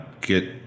get